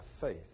faith